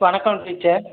வணக்கம் டீச்சர்